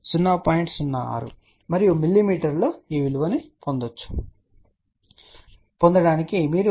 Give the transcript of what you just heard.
06 "మరియు మిల్లీమీటర్లో విలువను పొందడానికి మీరు దీన్ని 25